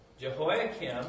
Jehoiakim